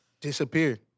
disappeared